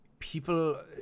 People